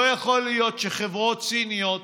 לא יכול להיות שחברות סיניות